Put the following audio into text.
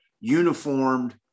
uniformed